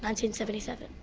hundred and seventy seven.